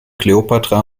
kleopatra